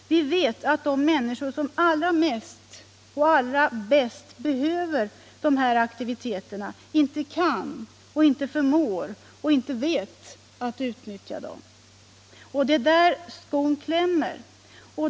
Vi vet att de människor som allra mest och bäst behöver dessa aktiviteter inte kan, inte förmår och inte vet att utnyttja dem. Det är där skon klämmer.